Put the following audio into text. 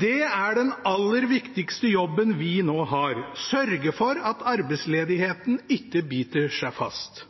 Det er den aller viktigste jobben vi nå har: å sørge for at arbeidsledigheten ikke biter seg fast.